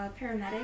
paramedic